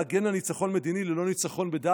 לא ניצחון מדיני,